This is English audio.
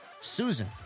Susan